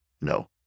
No